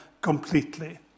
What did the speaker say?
completely